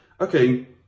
okay